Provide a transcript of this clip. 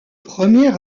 premier